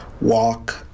walk